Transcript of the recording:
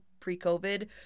pre-COVID